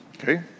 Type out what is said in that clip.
Okay